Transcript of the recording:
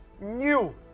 new